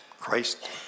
Christ